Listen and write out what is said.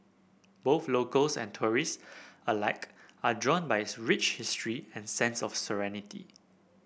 both locals and tourist alike are drawn by its rich history and sense of serenity